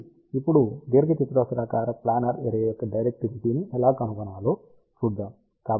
కాబట్టి ఇప్పుడు దీర్ఘచతురస్రాకార ప్లానార్ అర్రే యొక్క డైరెక్టివిటీని ఎలా కనుగొనాలో చూద్దాం